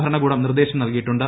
ഭരണകൂടം നിർദ്ദേശം നൽകിയിട്ടുണ്ട്